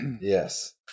Yes